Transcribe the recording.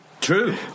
True